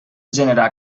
generar